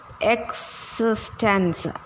existence